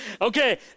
okay